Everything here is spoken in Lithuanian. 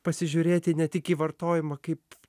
pasižiūrėti ne tik į vartojimą kaip